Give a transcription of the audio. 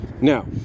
now